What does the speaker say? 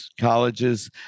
colleges